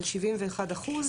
על 71 אחוז,